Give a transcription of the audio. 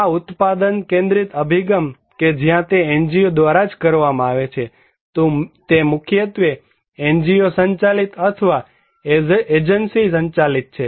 આ ઉત્પાદન કેન્દ્રિત અભિગમ કે જ્યાં તે NGO દ્વારા જ કરવામાં આવે છે તે મુખ્યત્વે NGO સંચાલિત અથવા એજન્સી સંચાલિત છે